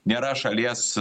nėra šalies